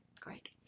great